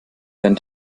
dein